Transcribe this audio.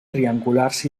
triangulars